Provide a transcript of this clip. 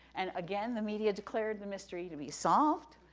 and again, the media declared the mystery to be solved.